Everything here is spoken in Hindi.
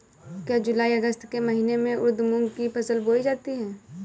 क्या जूलाई अगस्त के महीने में उर्द मूंग की फसल बोई जाती है?